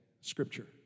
Scripture